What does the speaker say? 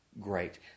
great